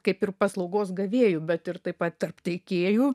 kaip ir paslaugos gavėjų bet ir taip pat tarp teikėjų